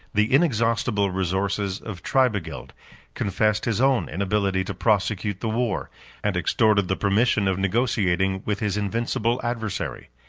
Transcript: the inexhaustible resources of tribigild confessed his own inability to prosecute the war and extorted the permission of negotiating with his invincible adversary.